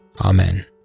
Amen